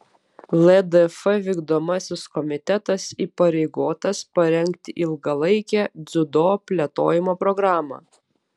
ldf vykdomasis komitetas įpareigotas parengti ilgalaikę dziudo plėtojimo programą